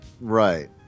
Right